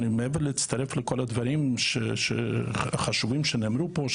מעבר להצטרפות לכל הדברים החשובים שנאמרו פה,